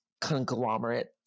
conglomerate